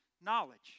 knowledge